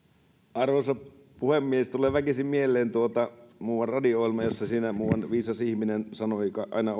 arvoisa puhemies tulee väkisin mieleen muuan radio ohjelma jossa muuan viisas ihminen sanoi aina